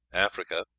africa,